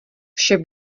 vše